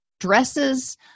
Dresses